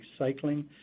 recycling